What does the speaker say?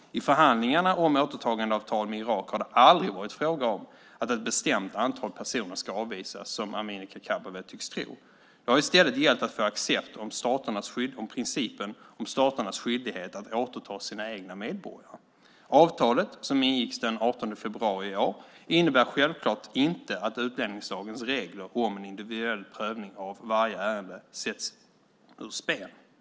I förhandlingarna om återtagandeavtal med Irak har det aldrig varit fråga om att ett bestämt antal personer ska avvisas, som Amineh Kakabaveh tycks tro. Det har i stället gällt att få accept för principen om staternas skyldighet att återta sina egna medborgare. Avtalet, som ingicks den 18 februari i år, innebär självklart inte att utlänningslagens regler om en individuell prövning av varje ärende sätts ur spel.